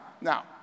Now